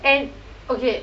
and okay